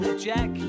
Jack